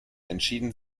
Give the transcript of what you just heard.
entschieden